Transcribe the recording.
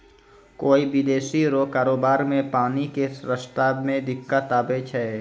कोय विदेशी रो कारोबार मे पानी के रास्ता मे दिक्कत आवै छै